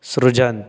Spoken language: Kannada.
ಸೃಜನ್